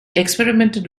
experimented